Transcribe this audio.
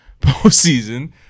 postseason